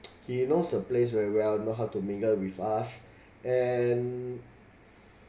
he knows the place very well know how to mingle with us and